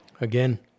Again